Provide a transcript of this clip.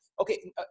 okay